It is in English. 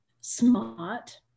smart